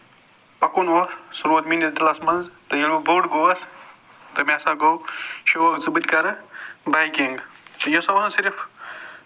پَکُن اوس سُہ روٗد میٲنِس دِلَس منٛز تہٕ ییٚلہِ بہٕ بوٚڈ گوٚس تہٕ مےٚ ہسا گوٚو شوق زِ بہٕ تہِ کرٕ بایکِنٛگ یہِ چھُ وَنان صرف